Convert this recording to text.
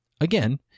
Again